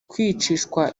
kwicishwa